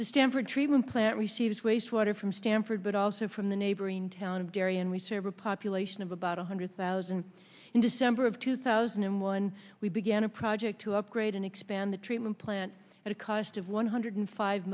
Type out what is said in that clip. the standard treatment plant receives wastewater from stanford but also from the neighboring town of dairy and we serve a population of about one hundred thousand in december of two thousand and one we began a project to upgrade and expand the treatment plant at a cost of one hundred